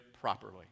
properly